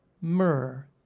myrrh